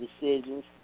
decisions